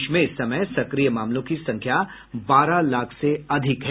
देश में इस समय सक्रिय मामलों की संख्या बारह लाख से अधिक है